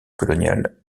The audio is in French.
coloniale